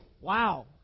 wow